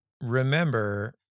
remember